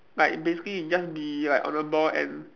like basically you just be like on a boat and